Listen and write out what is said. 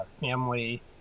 family